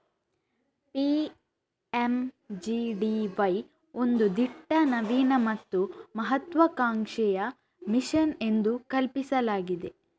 PMGDY ಒಂದು ದಿಟ್ಟ, ನವೀನ ಮತ್ತು ಮಹತ್ವಾಕಾಂಕ್ಷೆಯ ಮಿಷನ್ ಎಂದು ಕಲ್ಪಿಸಲಾಗಿದೆ